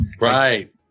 Right